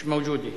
מִש מַוּג'ודי,